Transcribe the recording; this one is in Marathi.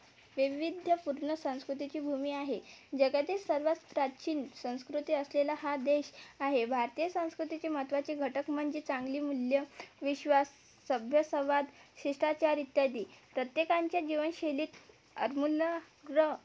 वैविध्यपूर्ण संस्कृतीची भूमीआहे जगातील सर्वात प्राचीन संस्कृती असलेला हा देश आहे भारतीय संस्कृतीची महत्वाची घटक म्हणजे चांगली मूल्यं विश्वास सभ्य संवाद शिष्टाचार इत्यादि प्रत्येकांच्या जीवनशैलीत अदमूल ग्र